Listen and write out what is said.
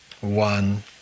one